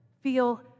feel